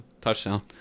Touchdown